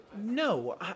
No